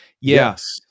Yes